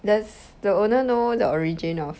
does the owner know the origin of